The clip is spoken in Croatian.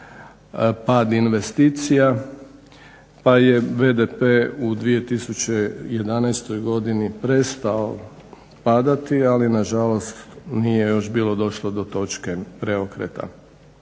pad investicija, pa je BDP u 2011. godini prestao padati, ali nažalost nije još bilo došlo do točke preokreta.